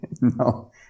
No